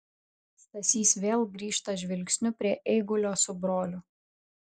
stasys vėl grįžta žvilgsniu prie eigulio su broliu